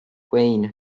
vain